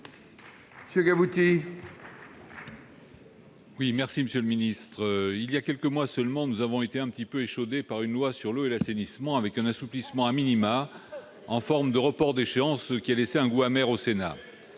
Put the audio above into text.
pour la réplique. Merci, monsieur le ministre. Il y a quelques mois seulement, nous avons été un peu échaudés par une loi sur l'eau et l'assainissement, avec un assouplissement en forme de report d'échéances, ce qui a laissé un goût amer au Sénat.